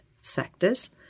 sectors